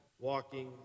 walking